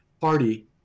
party